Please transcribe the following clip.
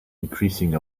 increasing